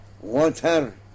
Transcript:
water